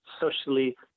socially